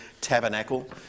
tabernacle